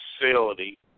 facility